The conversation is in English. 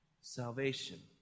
salvation